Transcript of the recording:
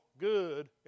good